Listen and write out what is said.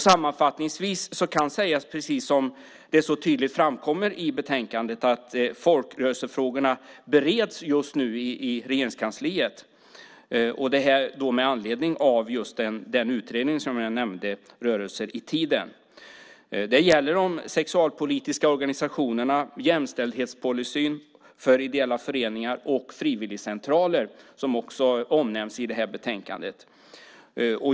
Sammanfattningsvis kan sägas, som tydligt framkommer i betänkandet, att folkrörelsefrågorna just nu bereds i Regeringskansliet med anledning av den utredning som jag nämnde - Rörelser i tiden . Det gäller de sexualpolitiska organisationerna, jämställdhetspolicyn för ideella föreningar och frivilligcentraler som också omnämns i detta betänkande.